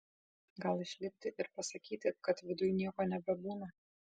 gal išlipti ir pasakyti kad viduj nieko nebebūna